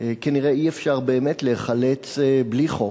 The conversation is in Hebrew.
כנראה אי-אפשר, באמת, להיחלץ בלי חוק,